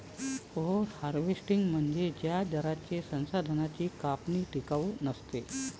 over harvesting म्हणजे ज्या दराने संसाधनांची कापणी टिकाऊ नसते